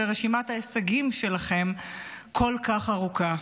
ורשימת ההישגים שלכם כל כך ארוכה.